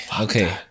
Okay